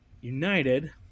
united